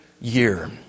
year